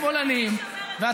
אתם שמאלנים, אני שומרת חוק.